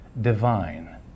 divine